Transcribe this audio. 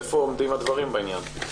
היכן עומדים הדברים בעניין הזה?